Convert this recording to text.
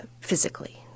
physically